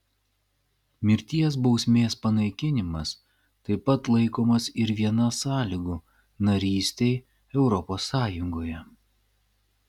mirties bausmės panaikinimas taip pat laikomas ir viena sąlygų narystei europos sąjungoje